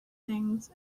things